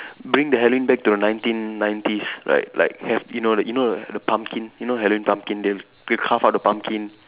bring the Halloween back to nineteen nineties right like have you know you know the pumpkins you know Halloween pumpkin they have they carve out the pumpkin